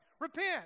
Repent